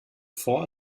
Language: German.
vor